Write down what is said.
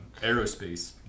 aerospace